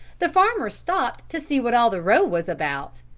the farmer stopped to see what all the row was about,